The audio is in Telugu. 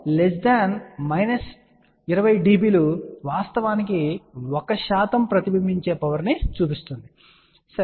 S11 20dB వాస్తవానికి 1 ప్రతిబింబించే పవర్ ని సూచిస్తుంది సరే